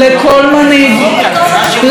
לכל ראש,